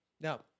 Now